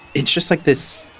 it's just like this